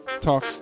talk